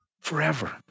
forever